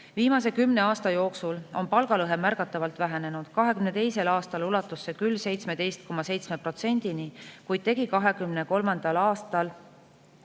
Viimase kümne aasta jooksul on palgalõhe märgatavalt vähenenud. 2022. aastal ulatus see küll 17,7%‑ni, kuid tegi 2023. aastal